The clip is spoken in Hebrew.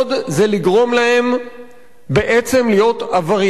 בעצם, להיות עברייני מצוקה,